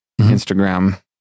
Instagram